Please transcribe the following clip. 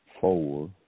Four